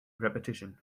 repetition